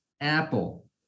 Apple